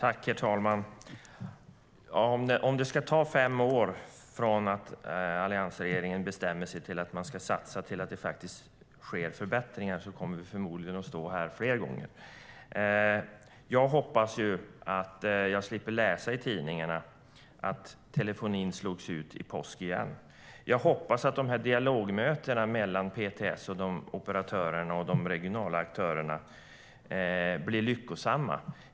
Herr talman! Om det ska ta fem år från det att alliansregeringen bestämmer sig för att satsa på förbättringar till att de verkligen sker kommer vi förmodligen att stå här fler gånger. Jag hoppas att jag slipper läsa i tidningarna att telefonin slogs ut i påsk igen. Jag hoppas att dialogmötena mellan PTS, operatörerna och de regionala aktörerna blir lyckosamma.